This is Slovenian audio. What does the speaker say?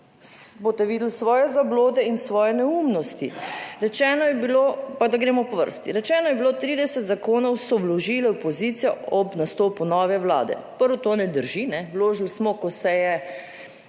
boste videli svoje zablode in svoje neumnosti. Rečeno je bilo pa, da gremo po vrsti, rečeno je bilo, 30 zakonov so vložili opozicija ob nastopu nove Vlade. Prvo, to ne drži, vložili smo, ko se je